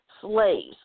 Slaves